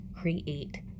create